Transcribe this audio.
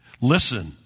Listen